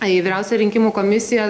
į vyriausiąją rinkimų komisiją